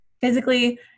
Physically